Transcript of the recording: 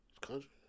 Country